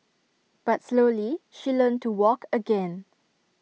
but slowly she learnt to walk again